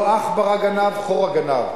לא עכברא גנב אלא חורא גנב,